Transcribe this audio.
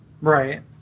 Right